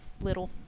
little